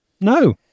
no